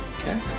Okay